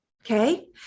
Okay